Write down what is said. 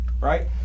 right